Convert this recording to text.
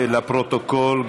לפרוטוקול,